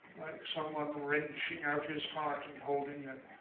someone wrenching out his heart and holding it,